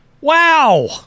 Wow